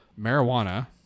marijuana